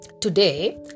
Today